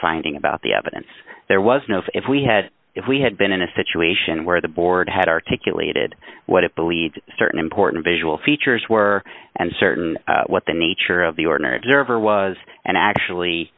finding about the evidence there was no if we had if we had been in a situation where the board had articulated what it believed certain important visual features were and certain what the nature of the ordinary observer was and actually